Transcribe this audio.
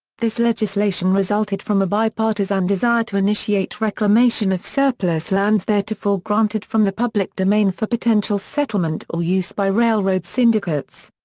this legislation resulted from a bipartisan desire to initiate reclamation of surplus lands theretofore granted from the public domain for potential settlement or use by railroad syndicates.